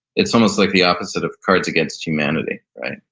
it's almost like the opposite of cards against humanity. right?